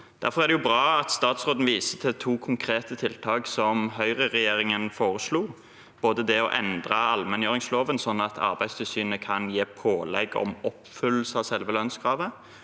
statsråden viser til to konkrete tiltak som høyreregjeringen foreslo, både det å endre allmenngjøringsloven, sånn at Arbeidstilsynet kan gi pålegg om oppfyllelse av selve lønnskravet,